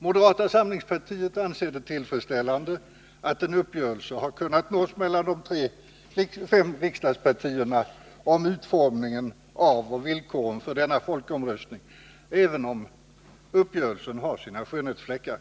Moderata samlingspartiet anser det tillfredsställande att en uppgörelse har kunnat nås mellan de fem riksdagspartierna om utformningen av och villkoren för denna folkomröstning, även om uppgörelsen har sina skönhetsfläckar.